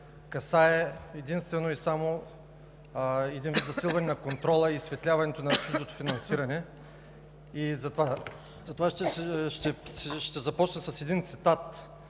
касае единствено и само засилване на контрола и изсветляването на чуждото финансиране. Ще започна с един цитат,